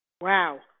Wow